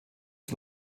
und